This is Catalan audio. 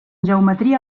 geometria